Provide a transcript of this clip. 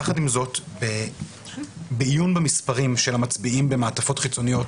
יחד עם זאת בעיון במספרים של המצביעים במעטפות חיצוניות